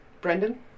Brendan